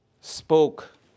spoke